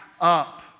up